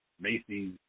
Macy's